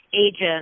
agent